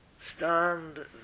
stand